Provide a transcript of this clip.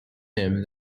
him